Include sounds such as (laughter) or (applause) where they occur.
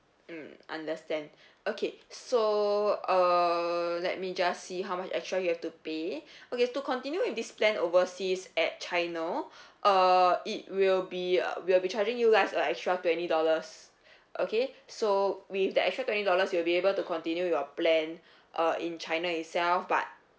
mm understand okay so uh let me just see how much extra you have to pay (breath) okay to continue with this plan overseas at china (breath) uh it will be uh we'll be charging you guys uh extra twenty dollars (breath) okay so with the extra twenty dollars you'll be able to continue your plan uh in china itself but